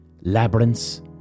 Labyrinths